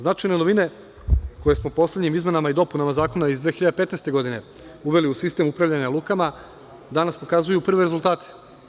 Značajne novine koje smo poslednjim izmenama i dopunama zakona iz 2015. godine uveli u sistem upravljanja lukama danas pokazuju prve rezultate.